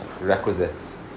requisites